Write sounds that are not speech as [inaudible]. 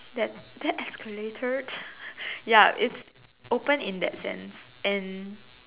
that that escalated [laughs] ya it's open in that sense and